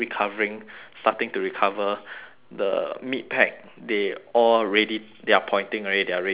starting to recover the mid pack they all ready they are pointing already they are ready to enter